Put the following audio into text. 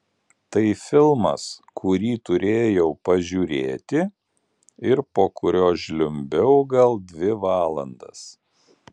tai filmas kurį turėjau pažiūrėti ir po kurio žliumbiau gal dvi valandas